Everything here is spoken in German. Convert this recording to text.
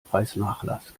preisnachlass